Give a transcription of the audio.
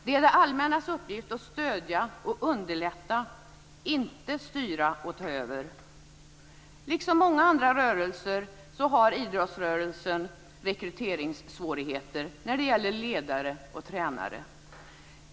Det är det allmännas uppgift att stödja och underlätta - inte att styra och ta över. Liksom många andra rörelser har idrottsrörelsen rekryteringssvårigheter när det gäller ledare och tränare.